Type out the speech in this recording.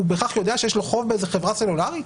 הוא בהכרח יודע שיש לו חוב באיזו חברה סלולרית?